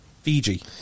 Fiji